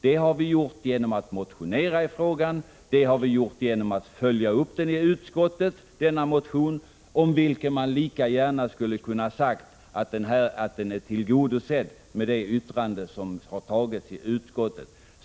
Det har vi gjort genom att motionera i frågan och genom att följa upp motionen i utskottet, trots att man lika gärna skulle kunna ha sagt att motionen är tillgodosedd med det yttrande som har antagits i utskottet.